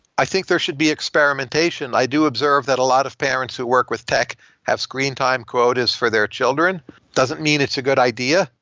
i think there should be experimentation. i do observe that a lot of parents who work with tech have screen time quotas for their children. it doesn't mean it's a good idea,